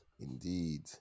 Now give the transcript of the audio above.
Indeed